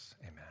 amen